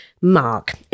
Mark